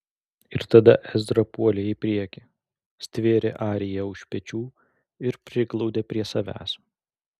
ir tada ezra puolė į priekį stvėrė ariją už pečių ir priglaudė prie savęs